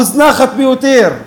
המוזנחת ביותר.